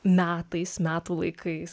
metais metų laikais